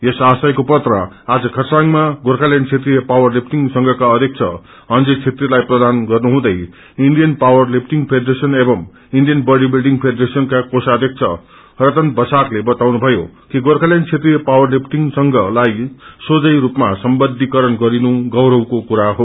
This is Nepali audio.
यस आशको पत्र आ जखरसाङमा गोर्खाल्याण्ड क्षेत्रिय पावर लिफ्टिङ संघका अध्यक्ष अंजय छेत्रीलाई प्रदान गर्नुहुँदै इन्डियन पावर लिफ्टिङ फेडेरेशन एवं इन्डियन बडी बिल्डिङ फेडरेशनका कोषाध्यक्ष रतन बसाकले बाताउनुभयो कि गोर्खाल्याण्ड क्षेत्रिय पावर लिफ्टिङ संघलाई सोझै रूपमा सम्बद्धी गरिएको गौरवको कुरो हो